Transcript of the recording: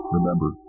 Remember